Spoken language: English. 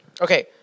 Okay